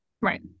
Right